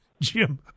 Jim